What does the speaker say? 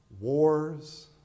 Wars